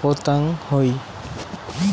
পোতাং হই